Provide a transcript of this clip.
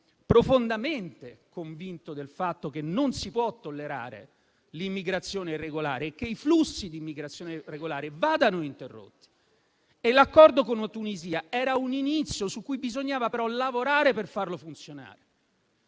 profondamente convinto del fatto che non si possa tollerare l'immigrazione irregolare e che i flussi dell'immigrazione irregolare vadano interrotti. L'accordo con la Tunisia era un inizio su cui bisognava lavorare per farlo funzionare.